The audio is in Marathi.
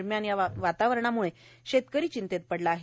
दरम्यान या वातावरणाने शेतकरी चिंतेत पडला आहे